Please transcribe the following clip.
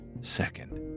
second